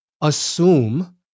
Assume